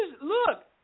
look